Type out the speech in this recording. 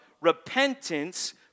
repentance